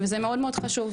וזה מאוד מאוד חשוב,